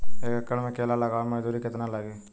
एक एकड़ में केला लगावे में मजदूरी कितना लागी?